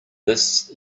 this